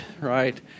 Right